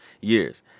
years